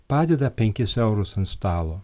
padeda penkis eurus ant stalo